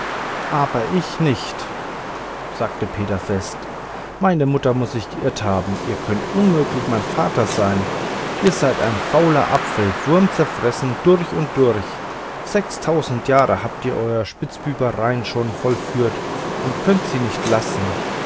aber ich nicht sagte peter fest meine mutter muß sich geirrt haben ihr könnt unmöglich mein vater sein ihr seid ein fauler apfel wurmzerfressen durch und durch sechstausend jahr habt ihr eure spitzbübereien schon vollführt und könnt sie nicht lassen